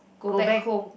go back home